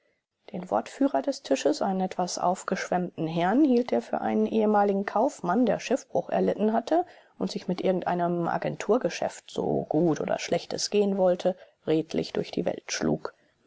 den wortführer des tisches einen etwas aufgeschwemmten herrn hielt er für einen ehemaligen kaufmann der schiffbruch erlitten hatte und sich mit irgendeinem agenturgeschäft so gut oder schlecht es gehen wollte redlich durch die welt schlug